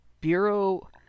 bureau